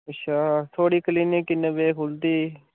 अच्छा थुआढ़ी क्लिनिक किन्ने बजे खुलदी